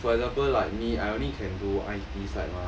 for example like me I only can do I_T side mah